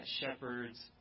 shepherd's